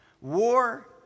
war